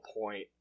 point